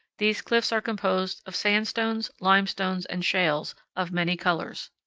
these cliffs are composed of sand stones, limestones, and shales, of many colors.